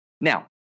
Now